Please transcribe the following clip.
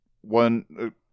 one